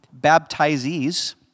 baptizees